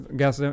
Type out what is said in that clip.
gas